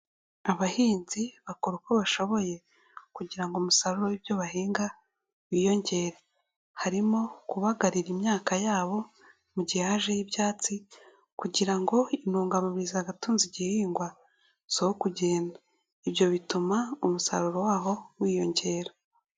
Abahinzi bakora uko bashoboye kugira umusarurow'ibyo bahinga wiyongere harimo kubagarira imyaka yabo mu gihe hajeho ibyatsi kugira ngo intungamubiri zagatunze igihingwa siho kugenda ibyo bituma umusaruro waho wiyongera.